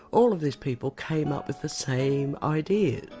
all of these people came up with the same idea.